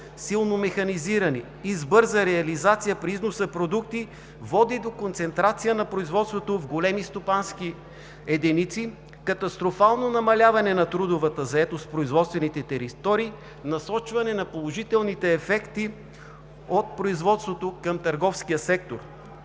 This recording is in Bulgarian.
силно механизирани и с бърза реализация при износа продукти води до концентрация на производството в големи стопански единици, катастрофално намаляване на трудовата заетост в производствените територии, насочване на положителните ефекти от производството към търговския сектор.